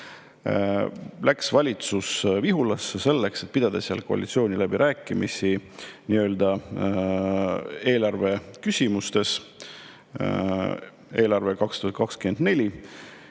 läks valitsus Vihulasse, selleks et pidada seal koalitsiooniläbirääkimisi nii-öelda eelarve küsimustes, 2024.